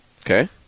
Okay